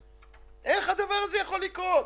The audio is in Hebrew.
איך הדבר הזה יכול לקרות?